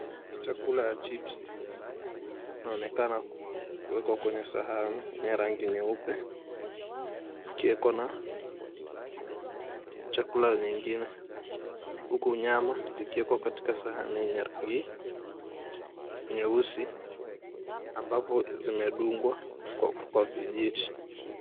Chakula ya chips inaonekana kuwekwa kwenye sahani ya rangi nyeupe ikiwekwa na chakula nyingine, huku nyama zikiekwa katika sahani yenye rangi nyeusi ambapo zimedungwa kwa vijiti.